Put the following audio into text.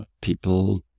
people